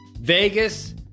Vegas